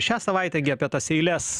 šią savaitę gi apie tas eiles